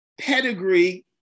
pedigree